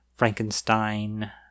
Frankenstein